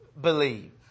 believe